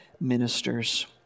ministers